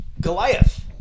Goliath